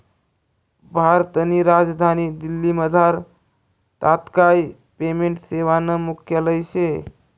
भारतनी राजधानी दिल्लीमझार तात्काय पेमेंट सेवानं मुख्यालय शे